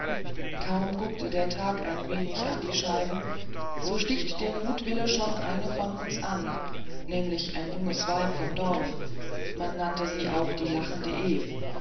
kaum guckt der tag ein wenig in die scheiben so sticht der mutwill schon eine von uns an nämlich ein junges weib vom dorf man nannte sie nur die lachende ev